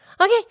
Okay